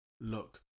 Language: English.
look